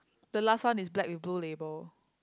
the last one is black with blue label